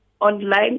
online